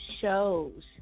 shows